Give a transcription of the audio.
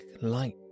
light